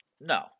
No